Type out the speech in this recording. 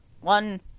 one